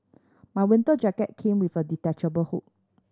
my winter jacket came with a detachable hood